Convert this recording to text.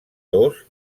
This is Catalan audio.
dos